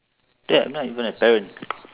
I'm not even a parent